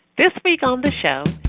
this week on the show,